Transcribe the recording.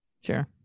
Sure